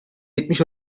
yetmiş